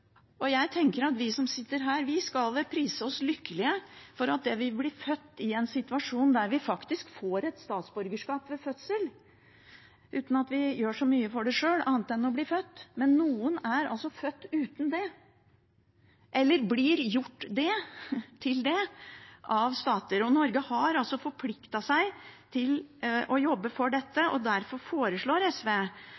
Jeg tenker at vi som sitter her, vi skal prise oss lykkelige for at vi ble født i en situasjon der vi faktisk har fått et statsborgerskap ved fødselen – uten at vi har gjort så mye for det sjøl annet enn å bli født. Men noen er altså født uten det, eller de blir fratatt det av stater. Norge har altså forpliktet seg til å jobbe for dette,